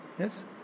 Yes